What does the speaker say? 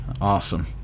Awesome